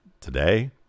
Today